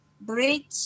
bridge